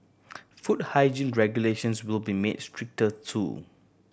food hygiene regulations will be made stricter too